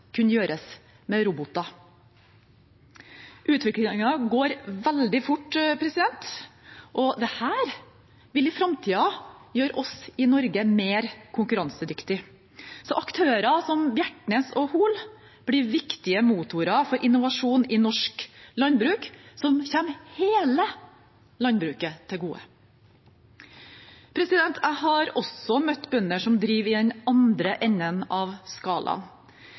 kunne gjøres med roboter. Utviklingen går veldig fort, og dette vil i framtiden gjøre oss i Norge mer konkurransedyktige. Aktører som Bjertnæs & Hoel blir viktige motorer for innovasjon i norsk landbruk, som kommer hele landbruket til gode. Jeg har også møtt bønder som driver i den andre enden av skalaen.